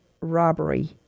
robbery